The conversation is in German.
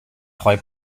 treu